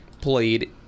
played